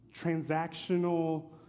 transactional